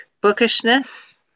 bookishness